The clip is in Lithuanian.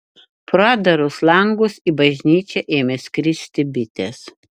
pro atdarus langus į bažnyčią ėmė skristi bitės